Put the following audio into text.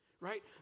right